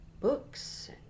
books